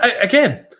Again